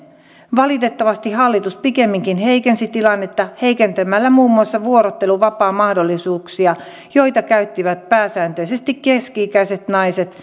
valitettavasti hallitus pikemminkin heikensi tilannetta heikentämällä muun muassa vuorotteluvapaan mahdollisuuksia joita käyttivät pääsääntöisesti keski ikäiset naiset